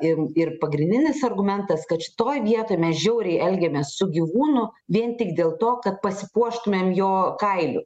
ir ir pagrindinis argumentas kad šitoj vietoj mes žiauriai elgiamės su gyvūnu vien tik dėl to kad pasipuoštumėm jo kailiu